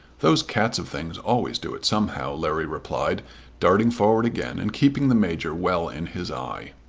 those cats of things always do it somehow, larry replied darting forward again and keeping the major well in his eye.